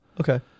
Okay